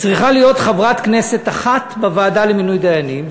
צריכה להיות חברת כנסת אחת בוועדה למינוי דיינים,